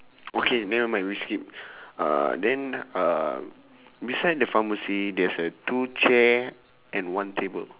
okay never mind we skip uh then uh beside the pharmacy there's a two chair and one table